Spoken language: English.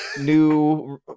new